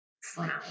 frown